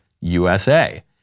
USA